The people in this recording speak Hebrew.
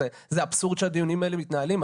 זה אבסורד שהדיונים האלה מתנהלים.